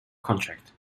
contract